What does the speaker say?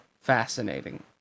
Fascinating